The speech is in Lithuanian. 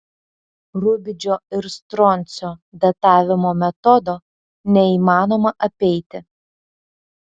rubidžio ir stroncio datavimo metodo neįmanoma apeiti